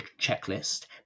checklist